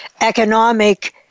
economic